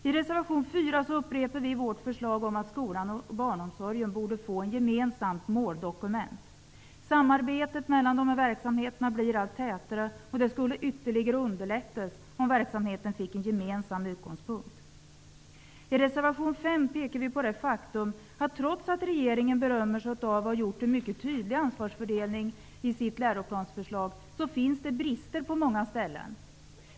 I reservation nr 4 upprepar vi vårt förslag om att skolan och barnomsorgen borde få ett gemensamt måldokument. Samarbetet mellan dessa verksamheter blir allt tätare och det skulle ytterligare underlättas om verksamheterna fick en gemensam utgångspunkt. I reservation nr 5 pekar vi på det faktum att det, trots att regeringen berömmer sig av att ha gjort en mycket tydlig ansvarsfördelning i sitt läroplansförslag, finns brister på många ställen.